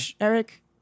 Eric